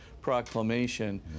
proclamation